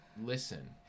listen